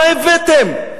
מה הבאתם?